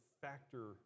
factor